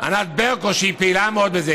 ענת ברקו, שהיא פעילה מאוד בזה.